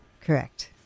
Correct